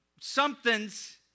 Something's